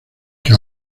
que